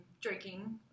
drinking